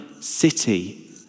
city